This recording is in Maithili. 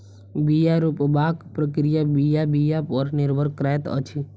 बीया रोपबाक प्रक्रिया बीया बीया पर निर्भर करैत अछि